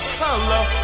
color